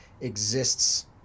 exists